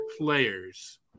players